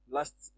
Last